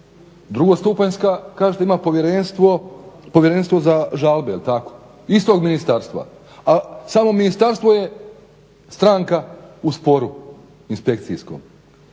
Drugostupanjska kažete ima povjerenstvo za žalbe je li tako, istog ministarstva? A samo ministarstvo je stranka u sporu inspekcijskom.